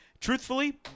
Truthfully